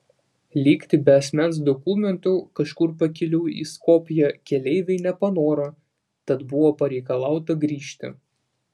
likti be asmens dokumentų kažkur pakeliui į skopję keleiviai nepanoro tad buvo pareikalauta grįžti